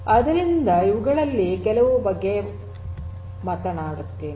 ಆದ್ದರಿಂದ ಇವುಗಳಲ್ಲಿ ಕೆಲವು ಬಗ್ಗೆ ಮಾತನಾಡುತ್ತೇನೆ